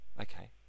Okay